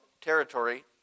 territory